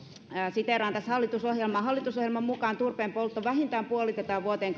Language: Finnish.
siteeraan tässä hallitusohjelmaa hallitusohjelman mukaan turpeen poltto vähintään puolitetaan vuoteen